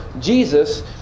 Jesus